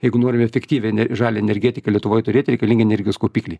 jeigu norime efektyviai ne žalią energetiką lietuvoj turėti reikalingi energijos kaupikliai